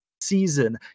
season